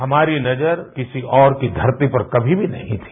हमारी नजर किसी और की धरती पर कमी भी नहीं थी